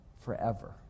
forever